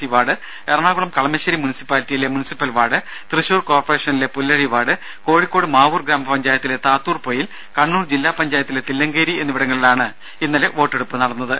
C ward Ernakulam Kalamassery മുനിസിപ്പാലിറ്റിയിലെ municipal ward Thrissur കോർപ്പറേഷനിലെ Pullazhi ward Kozhikode Mavoor ഗ്രാമപഞ്ചായത്തിലെ താത്തൂർപൊയ്യിൽ കണ്ണൂർ ജില്ലാ പഞ്ചായത്തിലെ തില്ലങ്കേരി എന്നിവിടങ്ങളിലാണ് ഇന്നലെ വോട്ടെടുപ്പ് നടന്നത്